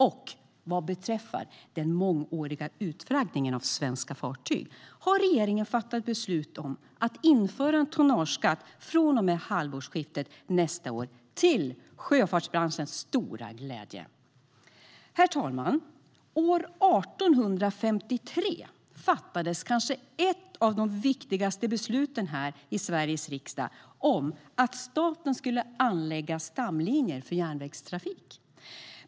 Och vad beträffar den mångåriga utflaggningen av svenska fartyg har regeringen fattat beslut om att införa en tonnageskatt från och med halvårsskiftet nästa år, till sjöfartsbranschens stora glädje. Herr talman! År 1853 fattades kanske ett av de viktigaste besluten i Sveriges riksdag: att staten skulle anlägga stamlinjer för järnvägstrafik.